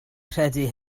credu